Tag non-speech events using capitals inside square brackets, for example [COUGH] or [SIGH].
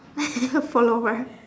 [LAUGHS] fall over